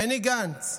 בני גנץ,